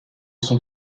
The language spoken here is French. son